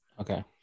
Okay